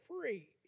free